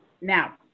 Now